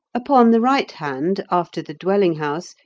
upon the right hand, after the dwelling-house,